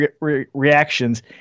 reactions